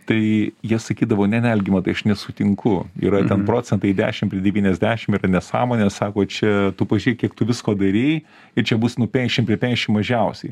tai jie sakydavo ne ne algimantai aš nesutinku yra ten procentai dešim prie devyniasdešim yra nesąmonė sako čia tu pažiūrėk kiek tu visko darei ir čia bus nu penšim prie penšim mažiausiai